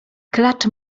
klacz